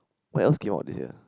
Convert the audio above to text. what else came out this year